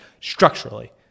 structurally